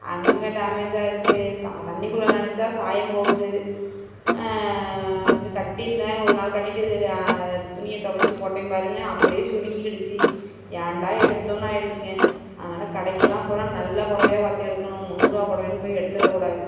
அங்கங்கே டேமேஜாயிருக்கு தண்ணிக்குள்ளே நினச்சா சாயம் போகுது வந்து கட்டியிருந்தேன் ஒரு நாள் கட்டிகிட்டு துணியை துவச்சி போட்டேன் பாருங்க அப்படியே சுருங்கிடுச்சு ஏன்டா எடுத்தோம்னு ஆகிடுச்சிங்க அதனால் கடைக்கெல்லாம் போனால் நல்ல புடைவையா பார்த்து எடுக்கணும் முன்னூறு ரூபா புடவன்னு போய் எடுத்துவிட கூடாது